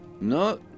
No